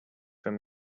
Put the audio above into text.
from